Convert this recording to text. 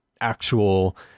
actual